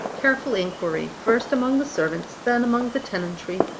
careful inquiry, first among the servants, then among the tenantry,